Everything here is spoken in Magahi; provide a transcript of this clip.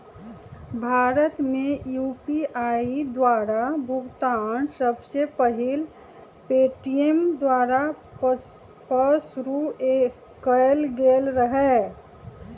भारत में यू.पी.आई द्वारा भुगतान सबसे पहिल पेटीएमें द्वारा पशुरु कएल गेल रहै